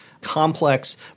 complex